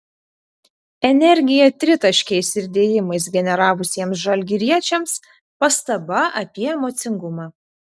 energiją tritaškiais ir dėjimais generavusiems žalgiriečiams pastaba apie emocingumą